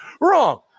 Wrong